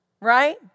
right